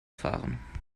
fahren